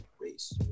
race